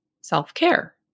self-care